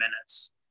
minutes